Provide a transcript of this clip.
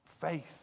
faith